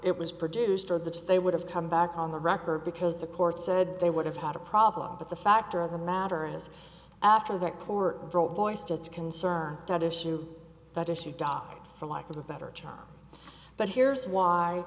it was produced or that they would have come back on the record because the court said they would have had a problem but the factor of the matter is after that court voiced its concern that issue that issue die for lack of a better chop but here's why